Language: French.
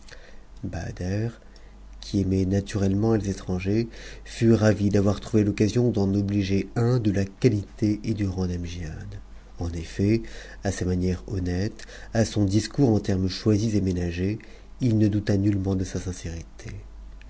qui aimait naturellement les étrangers fut ravid'ayo trouvé l'occasion d'en obliger un de la qualité et du rang d'an'giac effet à ses manières honnêtes à son discours en termes cho's ménagés il ne douta nullement de sa sincérité